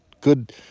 Good